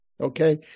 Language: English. okay